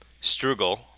Struggle